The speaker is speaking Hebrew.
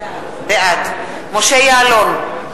בעד משה יעלון,